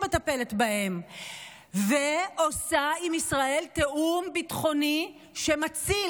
שמטפלת בהם ועושה עם ישראל תיאום ביטחוני שמציל